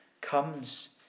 comes